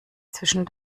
zwischen